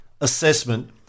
assessment